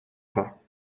pas